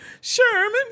Sherman